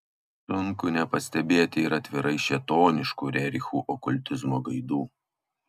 sunku nepastebėti ir atvirai šėtoniškų rerichų okultizmo gaidų